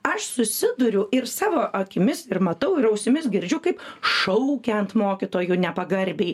aš susiduriu ir savo akimis ir matau ir ausimis girdžiu kaip šaukia ant mokytojų nepagarbiai